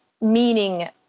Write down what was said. meaning